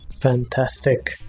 Fantastic